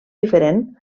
diferent